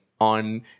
On